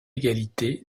égalité